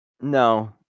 no